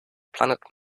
planet